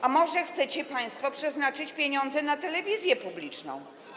A może chcecie państwo przeznaczyć pieniądze na telewizję publiczną?